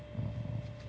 mm